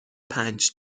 پنج